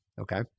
Okay